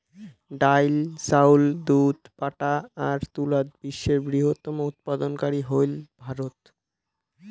ডাইল, চাউল, দুধ, পাটা আর তুলাত বিশ্বের বৃহত্তম উৎপাদনকারী হইল ভারত